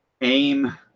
aim